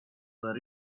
were